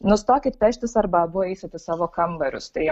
nustokit peštis arba abu eisit į savo kambarius tai